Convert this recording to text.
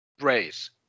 raise